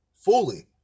Fully